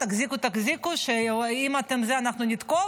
תחזיקו, תחזיקו, אם אתם, אנחנו נתקוף?